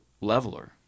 leveler